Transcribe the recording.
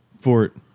Fort